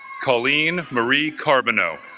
colleen marie carbono